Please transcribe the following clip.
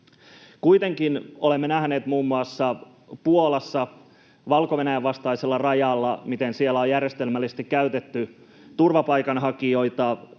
Kuitenkin olemme nähneet muun muassa Puolassa Valko-Venäjän vastaisella rajalla, miten siellä on järjestelmällisesti käytetty turvapaikanhakijoita